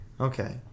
Okay